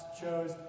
chose